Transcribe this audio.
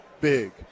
big